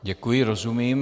Děkuji, rozumím.